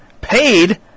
paid